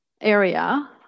area